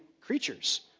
creatures